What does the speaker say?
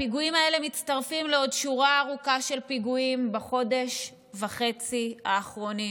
הפיגועים האלה מצטרפים לעוד שורה ארוכה של פיגועים בחודש וחצי האחרונים.